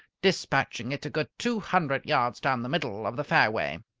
despatching it a good two hundred yards down the middle of the fairway.